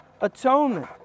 atonement